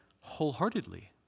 wholeheartedly